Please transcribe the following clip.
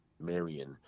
Marion